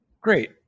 Great